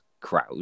crowd